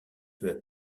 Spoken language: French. peu